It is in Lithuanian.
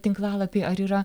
tinklalapy ar yra